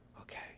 Okay